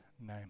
name